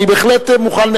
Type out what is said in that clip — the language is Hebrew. אני בהחלט מוכן,